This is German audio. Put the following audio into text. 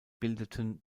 bildeten